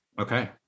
okay